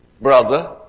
brother